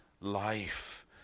life